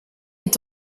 est